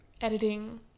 editing